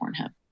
Pornhub